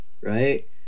right